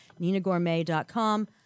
NinaGourmet.com